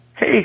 Hey